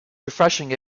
refreshing